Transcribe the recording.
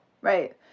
right